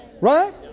Right